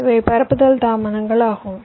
இவை பரப்புதல் தாமதங்கள் ஆகும்